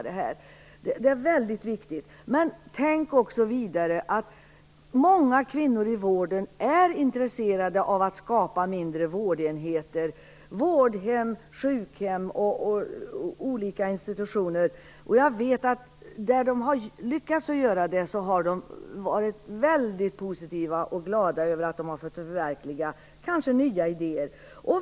Det är väldigt viktigt. Men tänk också på att många kvinnor i vården är intresserade av att skapa mindre vårdenheter - vårdhem, sjukhem och olika institutioner. Jag vet att där det har lyckats har man varit väldigt positiv och glad över att ha fått förverkliga kanske nya idéer.